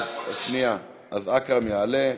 אכרם יעלה,